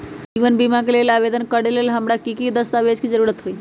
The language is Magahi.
जीवन बीमा के लेल आवेदन करे लेल हमरा की की दस्तावेज के जरूरत होतई?